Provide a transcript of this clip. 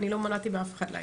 אני לא מנעתי מאף אחד להגיע.